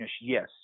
yes